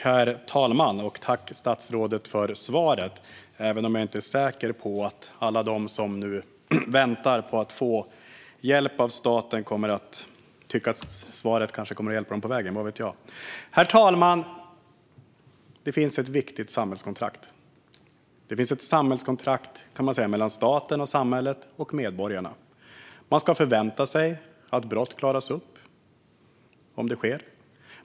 Herr talman! Tack, statsrådet, för svaret! Jag är inte säker på att alla de som nu väntar på att få hjälp av staten kommer att tycka att svaret hjälper dem på vägen, men vad vet jag. Herr talman! Det finns ett viktigt samhällskontrakt mellan staten och samhället och medborgarna. Man ska förvänta sig att brott klaras upp om de sker.